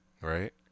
Right